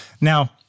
Now